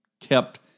kept